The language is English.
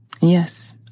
Yes